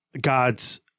God's